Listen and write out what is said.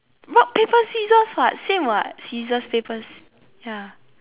rock paper scissor [what] same [what] scissors paper ya